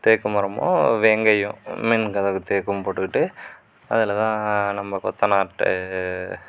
தேக்கு மரமும் வேங்கையும் முன் கதவுக்கு தேக்கும் போட்டுக்கிட்டு அதில் தான் நம்ம கொத்தனார்கிட்ட